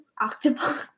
octopus